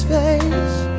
face